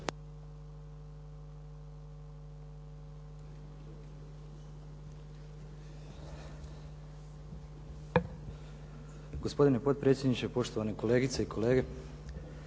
Gospodine potpredsjedniče, poštovane kolegice i kolege.